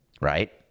right